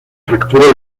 fracturó